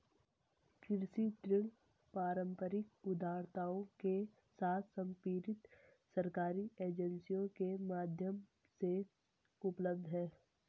कृषि ऋण पारंपरिक उधारदाताओं के साथ समर्पित सरकारी एजेंसियों के माध्यम से उपलब्ध हैं